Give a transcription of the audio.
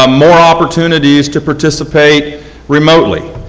um more opportunities to participate remotely.